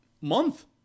month